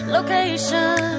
Location